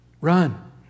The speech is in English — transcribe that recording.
Run